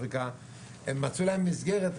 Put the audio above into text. ממדינות אפריקה הם מצאו לעצמם מסגרת.